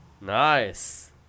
Nice